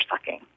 sucking